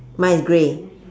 mine is grey